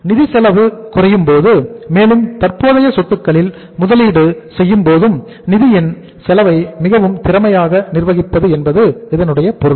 நிதி செலவு குறையும்போது மேலும் தற்போதைய சொத்துக்களில் முதலீடு செய்யும் போதும் நிதியின் செலவை மிகவும் திறமையாக நிர்வகிப்பது என்பது இதனுடைய பொருள்